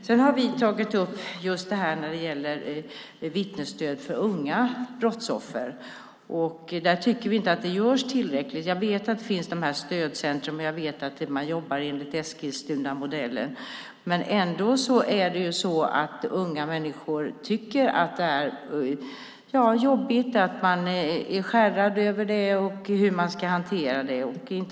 Sedan har vi tagit upp det här med vittnesstöd för unga brottsoffer. Där tycker vi inte att det görs tillräckligt. Jag vet att det finns stödcentrum och jag vet att man jobbar enligt Eskilstunamodellen, men ändå tycker unga människor att det är jobbigt och är skärrade över det som hänt och hur man ska hantera det.